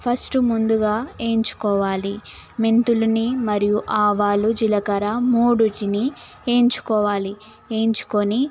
first ముందుగా వేయించుకోవాలి మెంతులని మరియు ఆవాలు జీలకర్ర ఈ మూడింటిని వేయించుకోవాలి వేయించుకొని